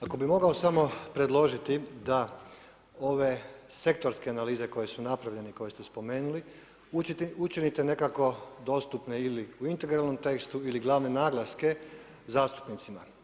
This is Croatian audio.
Ako bih mogao samo predložiti da ove sektorske analize koje su napravljene i koje ste spomenuli učinite nekako dostupne ili u integralnom tekstu ili glavne naglaske zastupnicima.